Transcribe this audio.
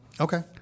Okay